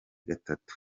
gatatu